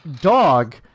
Dog